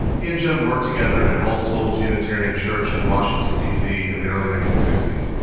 he and jim worked together at all souls unitarian church in washington, d c, in the early nineteen sixty s.